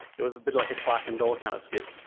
it was a bit like a clarke and dawe kind of skit.